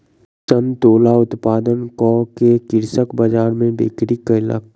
संतोला उत्पादन कअ के कृषक बजार में बिक्री कयलक